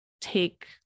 take